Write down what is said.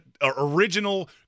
original